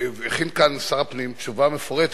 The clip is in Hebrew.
הכין כאן שר הפנים תשובה מפורטת,